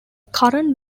current